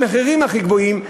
המחירים הכי גבוהים,